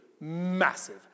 massive